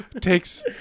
Takes